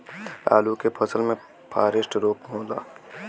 आलू के फसल मे फारेस्ट रोग होला?